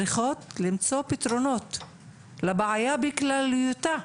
צריכות למצוא פתרונות לבעיה בכלליותה,